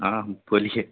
ہاں بولیے